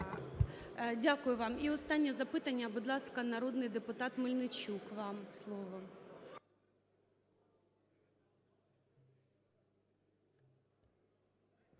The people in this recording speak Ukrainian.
Дякую вам. І останнє запитання. Будь ласка, народний депутат Мельничук,